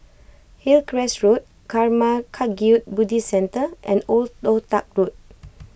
Hillcrest Road Karma Kagyud Buddhist Centre and Old Toh Tuck Road